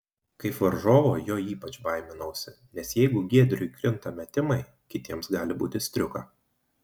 kaip varžovo jo ypač baiminausi nes jeigu giedriui krinta metimai kitiems gali būti striuka